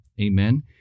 amen